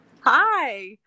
hi